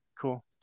cool